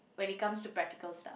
when it comes to practical stuff